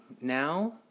now